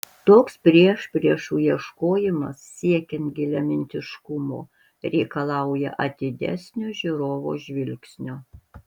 toks priešpriešų ieškojimas siekiant giliamintiškumo reikalauja atidesnio žiūrovo žvilgsnio